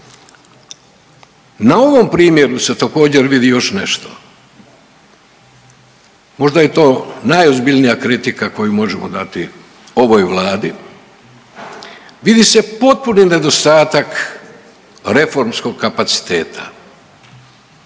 Na ovom primjeru se također vidi još nešto, možda je to najozbiljnija kritika koju možemo dati ovoj Vladi. Vidi se potpuni nedostatak reformskog kapaciteta.